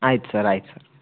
ಆಯ್ತು ಸರ್ ಆಯ್ತು ಸರ್